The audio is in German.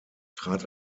trat